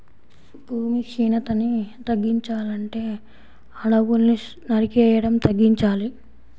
భూమి క్షీణతని తగ్గించాలంటే అడువుల్ని నరికేయడం తగ్గించాలి